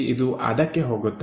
ಇದು ಅದಕ್ಕೆ ಹೋಗುತ್ತದೆ